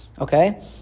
Okay